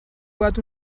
باید